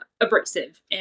abrasive